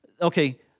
Okay